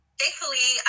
thankfully